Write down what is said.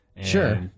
Sure